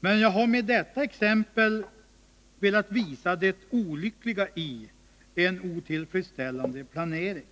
Men jag har med detta exempel velat visa det olyckliga i en otillfredsställande planering.